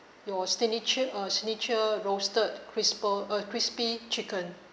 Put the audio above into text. your stignature uh signature roasted crispal~ uh crispy chicken